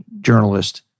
journalist